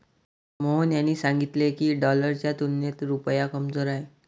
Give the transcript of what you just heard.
मोहन यांनी सांगितले की, डॉलरच्या तुलनेत रुपया कमजोर आहे